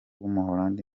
w’umuholandi